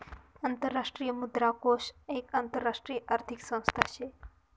आंतरराष्ट्रीय मुद्रा कोष एक आंतरराष्ट्रीय आर्थिक संस्था शे